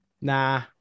Nah